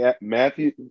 Matthew